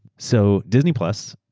so disney plus,